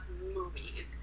movies